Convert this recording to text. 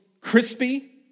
crispy